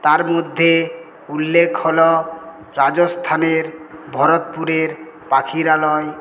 তার মধ্যে উল্লেখ হল রাজস্থানের ভরতপুরের পাখিরালয়